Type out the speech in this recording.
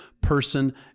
person